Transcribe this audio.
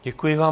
Děkuji vám.